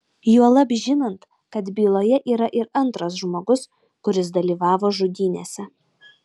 juolab žinant kad byloje yra ir antras žmogus kuris dalyvavo žudynėse